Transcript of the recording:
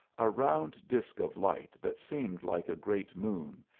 a round disk of light that seemed like a great moon,